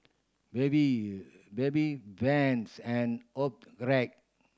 Bebe Bebe Vans and Optrex